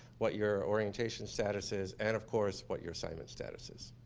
what your orientation status is, and, of course, what your assignment status is.